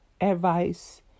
advice